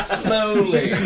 slowly